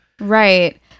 right